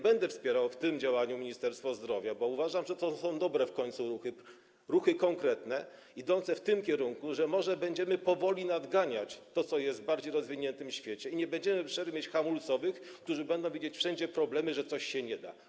Będę wspierał w tym działaniu Ministerstwo Zdrowia, bo uważam, że to są w końcu dobre ruchy, konkretne, idące w tym kierunku, że może będziemy powoli nadganiać to, co jest w bardziej rozwiniętym świecie, i nie będziemy bez przerwy mieć hamulcowych, którzy będą wszędzie widzieć problemy, mówić, że czegoś się nie da.